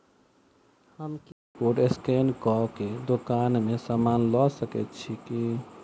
हम QR code scan कऽ केँ दुकान मे समान लऽ सकैत छी की?